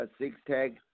six-tag